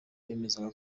bemezaga